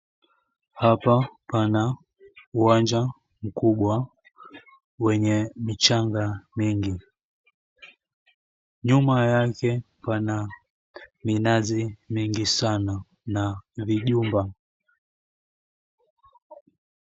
Hapa pana uwanja mkubwa wenye michanga mingi. Nyuma yake pana minazi mingi sana na vijumba.